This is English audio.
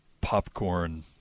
popcorn